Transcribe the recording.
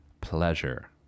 pleasure